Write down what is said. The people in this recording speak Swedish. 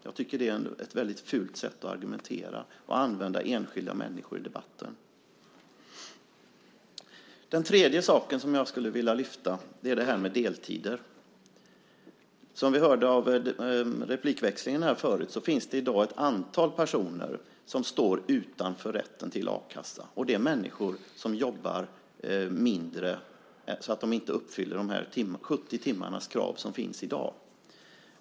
Jag tycker att det är ett väldigt fult sätt att argumentera att använda enskilda människor i debatten. Den tredje saken som jag vill lyfta upp är detta med deltider. Som vi hörde av replikväxlingen förut finns det i dag ett antal personer som står utanför rätten till a-kassa. Det är människor som inte uppfyller kravet på 70 timmar som finns i dag.